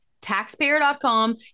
Taxpayer.com